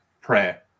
prayer